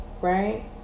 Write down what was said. right